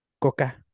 Coca